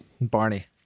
Barney